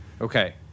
Okay